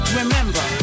remember